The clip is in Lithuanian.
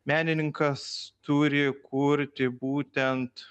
menininkas turi kurti būtent